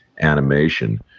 animation